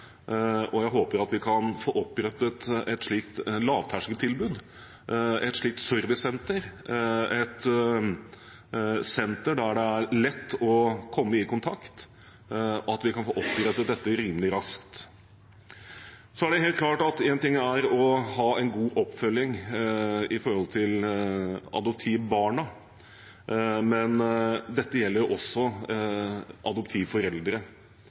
og jeg håper at vi kan få opprettet et slikt lavterskeltilbud, et slikt servicesenter, et senter der det er lett å komme i kontakt, og at vi kan få opprettet dette rimelig raskt. Så er det helt klart at én ting er å ha en god oppfølging av adoptivbarna, men dette gjelder også adoptivforeldre.